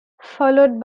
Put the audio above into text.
followed